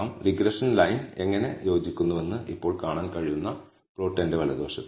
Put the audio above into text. regression line എങ്ങനെ യോജിക്കുന്നുവെന്ന് ഇപ്പോൾ കാണാൻ കഴിയുന്ന പ്ലോട്ട് എന്റെ വലതുവശത്തുണ്ട്